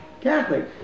Catholic